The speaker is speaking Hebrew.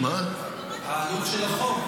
העלות של החוק.